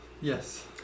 Yes